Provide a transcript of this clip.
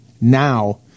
now